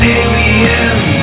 alien